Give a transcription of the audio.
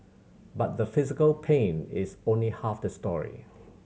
but the physical pain is only half the story